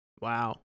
Wow